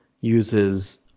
uses